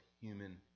human